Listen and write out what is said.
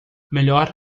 melhor